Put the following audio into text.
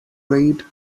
raid